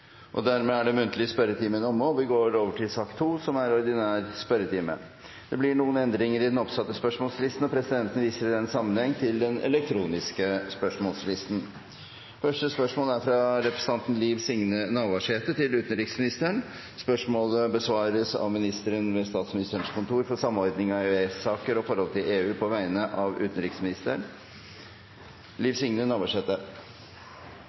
Dermed er den muntlige spørretimen omme. Det blir noen endringer i den oppsatte spørsmålslisten. Presidenten viser i den sammenheng til den elektroniske spørsmålslisten som er gjort tilgjengelig for representantene. De foreslåtte endringene i dagens spørretime foreslås godkjent. – Det anses vedtatt. Endringene var som følger: Spørsmål 1, fra representanten Liv Signe Navarsete til utenriksministeren, vil bli besvart av ministeren ved Statsministerens kontor for samordning av EØS-saker og forholdet til EU på vegne av utenriksministeren,